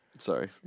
Sorry